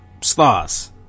stars